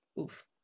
oof